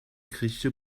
griechische